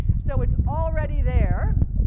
so it's already there.